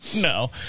No